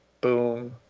boom